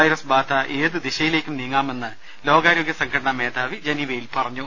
virus ബാധ ഏത് ദിശയിലേക്കും നീങ്ങാമെന്ന് ലോകാരോഗ്യ സംഘടനാ മേധാവി ജനീവയിൽ പറഞ്ഞു